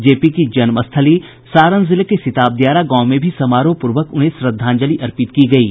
जे P की जन्म स्थली सारण जिले के सिताबदियारा गांव में भी समारोह पूर्वक उन्हें श्रद्धांजलि अर्पित की गयी